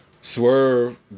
Swerve